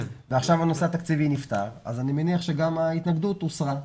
ועכשיו הנושא התקציבי נפתר אז אני מניח שגם ההתנגדות הוסרה.